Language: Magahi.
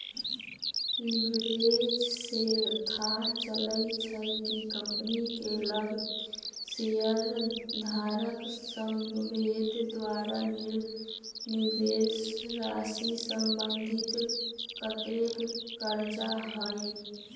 लिवरेज से थाह चलइ छइ कि कंपनी के लग शेयरधारक सभके द्वारा निवेशराशि संबंधित कतेक करजा हइ